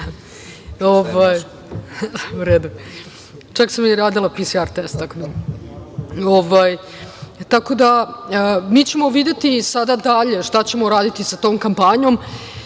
Mi ćemo videti sada dalje šta ćemo uraditi sa tom kampanjom,